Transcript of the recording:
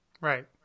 Right